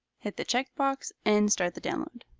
hit the check box and start the download.